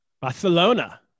barcelona